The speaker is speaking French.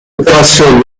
opération